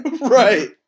Right